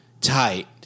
tight